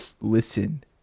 listen